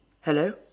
Hello